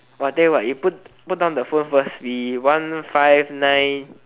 !wah! tell you what you put put down the phone first we one five nine